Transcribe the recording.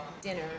dinner